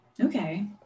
Okay